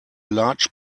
large